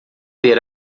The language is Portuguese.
ter